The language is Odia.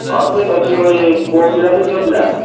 ହଁ ଠିକ ଅଛି ଭାଇ ପୁଅ ପିଲା କି ଝିଅ ପିଲା